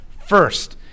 First